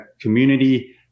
community